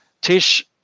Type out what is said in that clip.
Tish